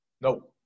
No